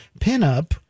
pinup